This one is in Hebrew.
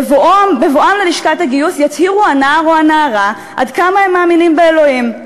בבואם ללשכת הגיוס יצהירו הנער או הנערה עד כמה הם מאמינים באלוהים.